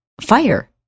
fire